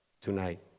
tonight